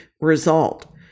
result